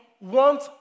want